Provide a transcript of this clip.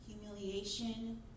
humiliation